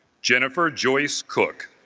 jennifer joyce cook